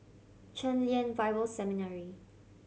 Chen Lien Bible Seminary